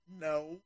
No